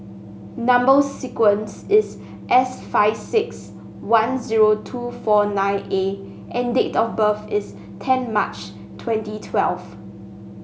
number sequence is S five six one zero two four nine A and date of birth is ten March twenty twelve